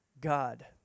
God